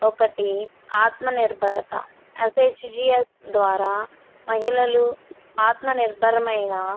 ఒకటి ఆత్మనిర్భరిత ఎస్హెచ్జిస్ ద్వారా మహిళలు ఆత్మ నిర్భరమైన